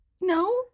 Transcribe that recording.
No